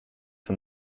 van